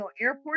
airport